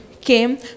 came